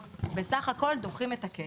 בסך הכל דוחים את הקץ.